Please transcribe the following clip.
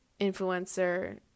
influencer